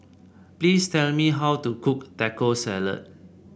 please tell me how to cook Taco Salad